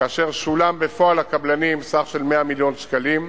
כאשר שולם בפועל לקבלנים סך של 100 מיליון שקלים.